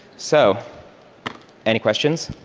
so any questions?